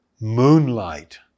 moonlight